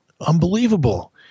unbelievable